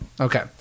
Okay